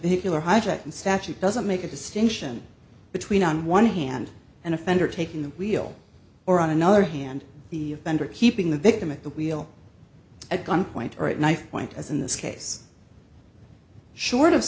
vehicle or hijacking statute doesn't make a distinction between on one hand and offender taking the wheel or on another hand the vendor keeping the victim at the wheel at gunpoint or at knifepoint as in this case short of